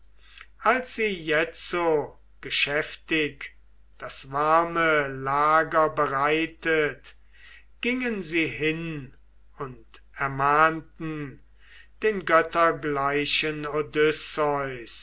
als sie jetzo geschäftig das warme lager bereitet gingen sie hin und ermahnten den göttergleichen